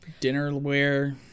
dinnerware